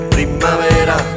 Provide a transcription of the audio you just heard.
Primavera